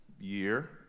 year